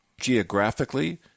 geographically